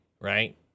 right